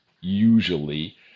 usually